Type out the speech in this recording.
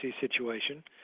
situation